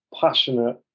passionate